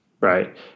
right